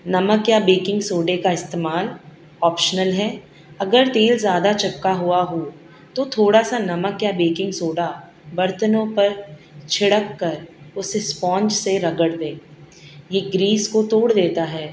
نمک یا بیکنگ سوڈے کا استعمال آپشنل ہے اگر تیل زیادہ چپکا ہوا ہو تو تھوڑا سا نمک یا بیکنگ سوڈا برتنوں پر چھڑک کر اس اسپونج سے رگڑ دیں یہ گریس کو توڑ دیتا ہے